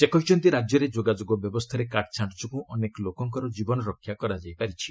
ସେ କହିଛନ୍ତି ରାଜ୍ୟରେ ଯୋଗାଯୋଗ ବ୍ୟବସ୍ଥାରେ କାର୍କଛାଣ୍ଟ ଯୋଗୁଁ ଅନେକ ଲୋକଙ୍କର ଜୀବନ ରକ୍ଷା କରାଯାଇପାରିଛି